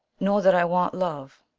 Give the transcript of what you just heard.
nor that i want love.